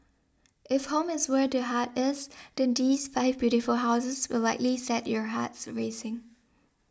if home is where the heart is then these five beautiful houses will likely set your hearts racing